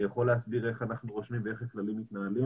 אני יכול להסביר איך אנחנו רושמים ואיך הכללים מתנהלים